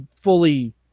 fully